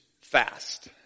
fast